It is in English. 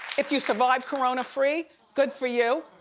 if you survived corona free, good for you.